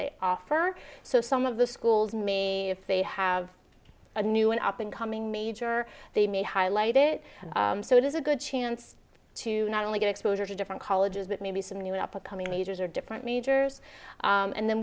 they offer so some of the schools may if they have a new and up and coming major they may highlight it so it is a good chance to not only get exposure to different colleges but maybe some new upcoming majors or different majors and then